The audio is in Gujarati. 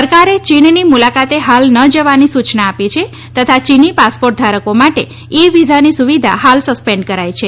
સરકારે ચીનની મુલાકાતે હાલ ન જવાની સૂચના આપી છે તથા ચીની પાસપોર્ટ ધારકો માટે ઇ વીઝાની સુવિધા હાલ સસ્પેન્ડ કરાઇ છે